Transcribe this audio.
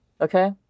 okay